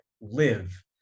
live